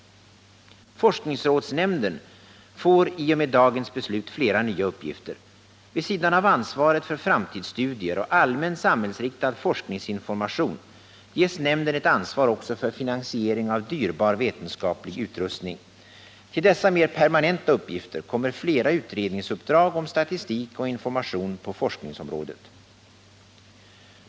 Forskningsrådsnämnden får i och med dagens beslut flera nya uppgifter. Vid sidan av ansvaret för framtidsstudier och allmän, samhällsinriktad forskningsinformation ges nämnden ett ansvar också för finansiering av dyrbar vetenskaplig utrustning. Till dessa mer permanenta uppgifter kommer flera utredningsuppdrag, bl.a. om statistik och information på forskningsområdet.